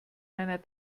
meiner